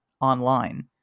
online